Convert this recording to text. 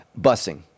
busing